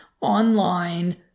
online